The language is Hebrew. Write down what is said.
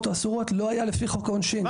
או אסורות לא היה לפי חוק העונשין.